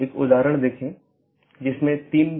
यह BGP का समर्थन करने के लिए कॉन्फ़िगर किया गया एक राउटर है